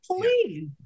please